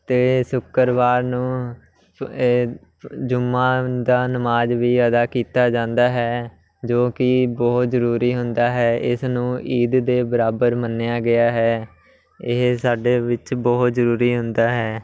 ਅਤੇ ਸ਼ੁੱਕਰਵਾਰ ਨੂੰ ਇ ਜੁੰਮਾਂ ਦਾ ਨਮਾਜ਼ ਵੀ ਅਦਾ ਕੀਤਾ ਜਾਂਦਾ ਹੈ ਜੋ ਕਿ ਬਹੁਤ ਜ਼ਰੂਰੀ ਹੁੰਦਾ ਹੈ ਇਸ ਨੂੰ ਈਦ ਦੇ ਬਰਾਬਰ ਮੰਨਿਆਂ ਗਿਆ ਹੈ ਇਹ ਸਾਡੇ ਵਿੱਚ ਬਹੁਤ ਜ਼ਰੂਰੀ ਹੁੰਦਾ ਹੈ